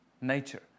nature